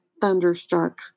thunderstruck